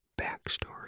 backstory